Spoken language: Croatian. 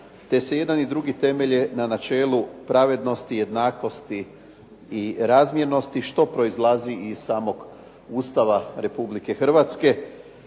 te se jedan i drugi temelje na načelu pravednosti, jednakosti i razmjernosti, što proizlazi iz samog Ustava Republike Hrvatske